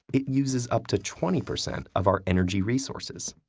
it uses up to twenty percent of our energy resources.